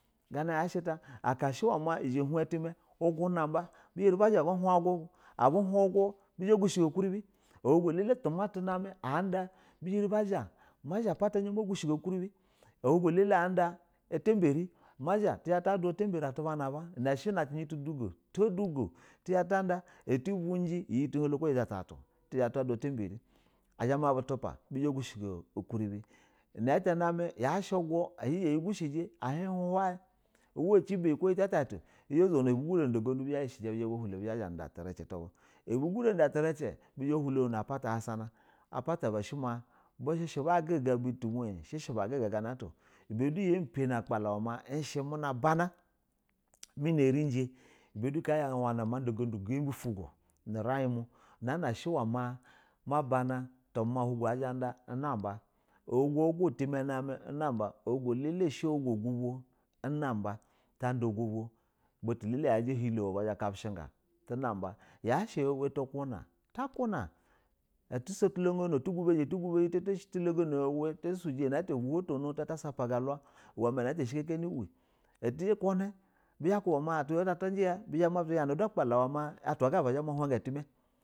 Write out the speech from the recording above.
Gana yashɛ ta aka shɛ wuma zha uhin utima unabo bi erɛ buzha ba hun ugu bu ugu bizha ba gushɛ go ukuribɛ, alugu go alele tuma tunama biyarɛ ba zha bazha ba pata ba gushɛ go ukuri bɛ dugo alalala a dua atabarɛ ta zha ta duwa na ban a shɛ na cijɛ to dugo to dugo tizha ta da ta vundo iyiti holo ko ujiti uta tatu tizha ta duwa ata parɛ ama mabu tuba bizha ba gushɛ go ukarɛbi inata nam yayshɛ ugu a hin gushɛji hin un hawi a hin jita a yabi kojita utatatu. Bizha bizha nuda gudu bazha nudo tricɛ tu bu abizhɛ na da tricɛ bi zha ba hulo nano apata sasa na, apata ba shɛ ma bushɛ baguga butuzalyi shɛ ba guga gana ato o ibɛ du yu pani apkala ushɛ muna bana muna rɛjɛ ibɛ da ka ya ma wara ma da ugudu ga bɛ ufu go ru uran mu muna bene ulugo anamɛ un aba chigo lugo utima namɛ una ba alugo shɛ ohigo ugubo una ba tanda ugubo hotu ba lalɛ yajɛ a hin holo tu kapishɛ ga, unaba yashɛ uwɛ wɛ tu kuna ta kuna atu sotulunu tusotulanu ta sujɛ ta sapa ula ta sapaga ulala uwɛ ma nata shɛ kakanɛ uwɛ, bɛzha ba kulawa ma atwa ga aba zhma hunga timɛ.